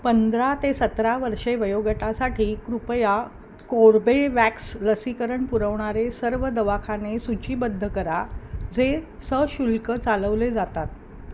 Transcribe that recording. पंधरा ते सतरा वर्षे वयोगटासाठी कृपया कोर्बेवॅक्स लसीकरण पुरवणारे सर्व दवाखाने सूचीबद्ध करा जे सशुल्क चालवले जातात